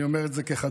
ואני אומר את זה כחדש: